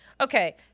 Okay